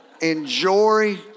enjoy